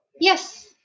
Yes